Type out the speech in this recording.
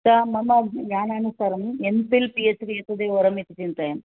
सा मम ज्ञानानुसारम् M Phil P H D एतत् वरमिति चिन्तयामि